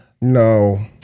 No